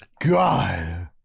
God